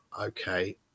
okay